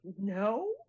No